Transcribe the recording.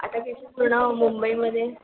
आता किती पूर्ण मुंबईमध्ये